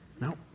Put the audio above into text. No